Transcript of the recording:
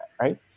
right